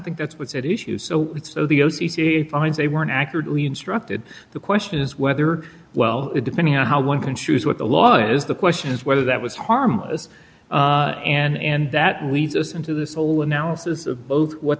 think that's what's at issue so so the o c c find they weren't accurately instructed the question is whether well depending on how one can choose what the law is the question is whether that was harmless and that leads us into this whole analysis of both what